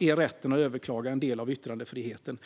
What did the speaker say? Rätten att överklaga är som sagt en del av yttrandefriheten,